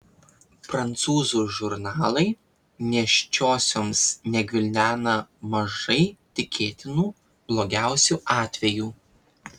prancūzų žurnalai nėščiosioms negvildena mažai tikėtinų blogiausių atvejų